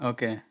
Okay